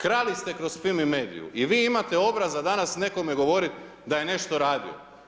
Krali ste kroz Fimi mediju i vi imate obraza danas nekome govoriti da je nešto radio.